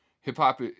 Hip-hop